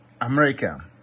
America